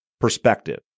perspective